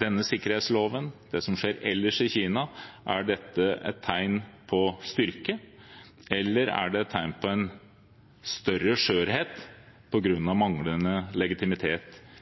denne sikkerhetsloven og det som skjer ellers i Kina, er tegn på styrke, eller om det er tegn på en større skjørhet på grunn av manglende legitimitet